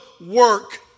work